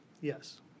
Yes